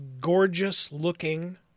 gorgeous-looking